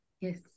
Yes